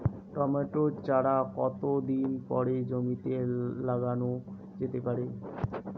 Tomato চারা কতো দিন পরে জমিতে লাগানো যেতে পারে?